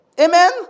Amen